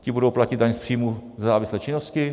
Ti budou platit daň z příjmu ze závislé činnosti.